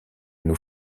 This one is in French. nous